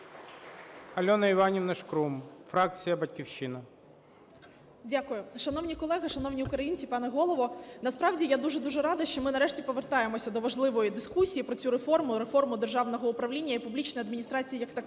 Дякую. Шановні колеги, шановні українці, пане Голово! Насправді, я дуже-дуже рада, що ми нарешті повертаємося до важливої дискусії про цю реформу і реформу державного управління, і публічної адміністрації як такої.